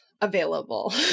available